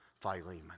Philemon